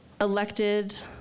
elected